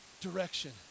Direction